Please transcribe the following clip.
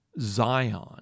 Zion